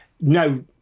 No